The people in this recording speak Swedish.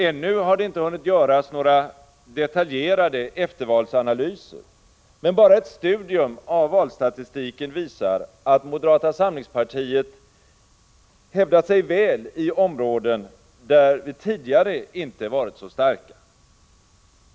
Ännu har det inte hunnit göras några detaljerade eftervalsanalyser, men bara ett studium av valstatistiken visar att moderata samlingspartiet hävdat sig väl i områden där vi tidigare inte varit så starka.